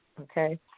okay